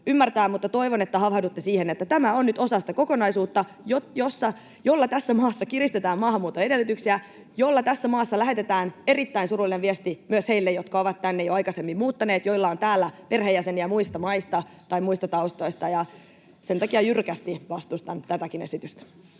ymmärtävät, mutta toivon, että havahdutte siihen, että tämä on nyt osa sitä kokonaisuutta, jolla tässä maassa kiristetään maahanmuuton edellytyksiä ja jolla tässä maassa lähetetään erittäin surullinen viesti myös heille, jotka ovat tänne jo aikaisemmin muuttaneet ja joilla on täällä perheenjäseniä muista maista tai muista taustoista. Sen takia jyrkästi vastustan tätäkin esitystä.